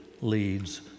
leads